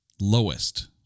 lowest